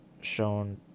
shown